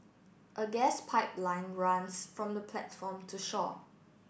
a gas pipeline runs from the platform to shore